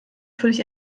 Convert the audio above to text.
völlig